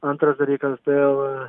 antras dalykas dėl